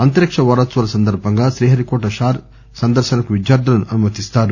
అంతరిక వారోత్సవాల సందర్బంగా శ్రీహరికోట షార్ సందర్శనకు విద్యార్దులను అనుమతిస్తారు